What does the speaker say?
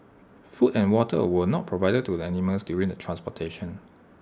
food and water were not provided to the animals during the transportation